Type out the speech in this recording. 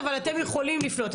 ואנשי כוחות הביטחון,